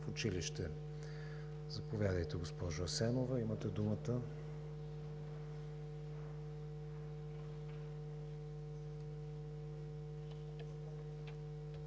в училище. Заповядайте, госпожо Асенова, имате думата.